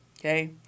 Okay